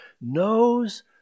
knows